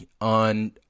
on